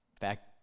fact